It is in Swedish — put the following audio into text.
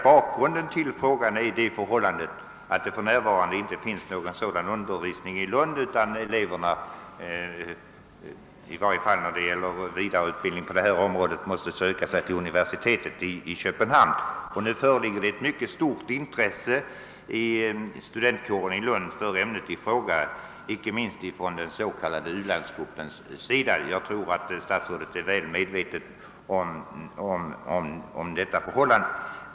Bakgrunden till min fråga är det förhållandet, att det för närvarande inte förekommer någon undervisning i Lund i detta ämne, utan eleverna — i varje fall de som önskar vidareutbildning — måste söka sig till universitetet i Köpenhamn. Det föreligger ett mycket stort intresse bland studenterna i Lund för ämnet, inte minst inom den s.k. ulandsgruppen. Jag tror att statsrådet är väl medveten om detta förhållande.